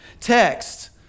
text